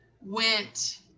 went